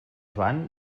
joan